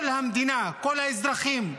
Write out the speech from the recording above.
כל המדינה, כל האזרחים,